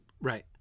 Right